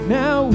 now